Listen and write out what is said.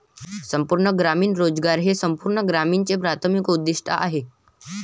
संपूर्ण ग्रामीण रोजगार योजना हे संपूर्ण ग्रामीणचे प्राथमिक उद्दीष्ट आहे